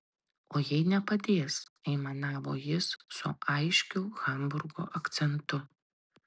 o jei nepadės aimanavo jis su aiškiu hamburgo akcentu